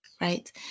right